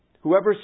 whoever